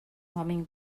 homem